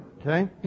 Okay